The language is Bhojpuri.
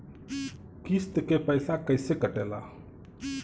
किस्त के पैसा कैसे कटेला?